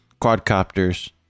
quadcopters